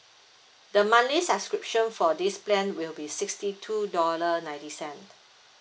the monthly subscription for this plan will be sixty two dollar ninety cent